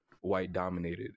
white-dominated